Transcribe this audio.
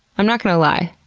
i'm not gonna lie.